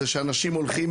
זה שאנשים הולכים,